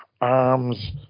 arms